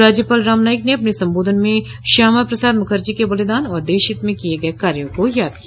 राज्यपाल राम नाईक ने अपने संबोधन में श्यामा प्रसाद मुखर्जी के बलिदान और देशहित में किये गये कार्यो को याद किया